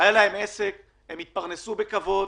היה להם עסק, הם התפרנסו בכבוד,